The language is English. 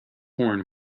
horn